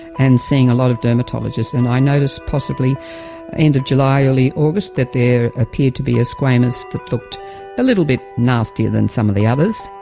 and seeing a lot of dermatologists. and i noticed possibly and of july, early august that there appeared to be a squamous that looked a little bit nastier than some of the others.